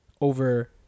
over